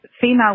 female